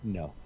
no